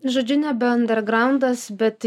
žodžiu nebe andegraundas bet jau